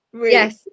Yes